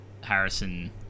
Harrison